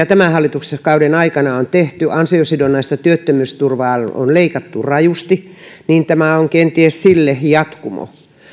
tämän hallituskauden aikana on tehty ansiosidonnaista työttömyysturvaa on leikattu rajusti niin tämä on kenties sille jatkumo